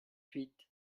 huit